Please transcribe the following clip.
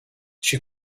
she